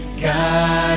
god